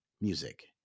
music